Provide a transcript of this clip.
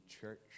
church